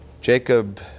Jacob